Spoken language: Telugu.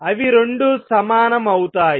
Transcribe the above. అవి రెండూ సమానం అవుతాయి